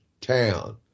town